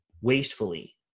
wastefully